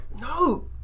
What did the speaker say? No